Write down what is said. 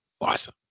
Awesome